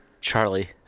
Charlie